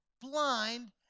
blind